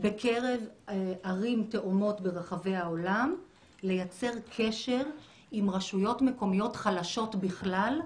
בקרב ערים תאומות ברחבי העולם לייצר קשר עם רשויות מקומיות חלשות בכלל,